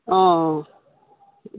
অঁ